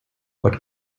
what